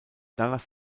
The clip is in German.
danach